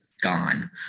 gone